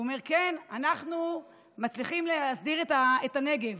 הוא אומר: כן, אנחנו מצליחים להסדיר את הנגב,